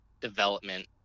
development